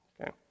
Okay